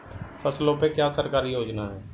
फसलों पे क्या सरकारी योजना है?